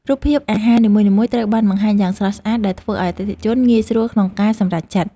រូបភាពអាហារនីមួយៗត្រូវបានបង្ហាញយ៉ាងស្រស់ស្អាតដែលធ្វើឱ្យអតិថិជនងាយស្រួលក្នុងការសម្រេចចិត្ត។